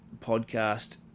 podcast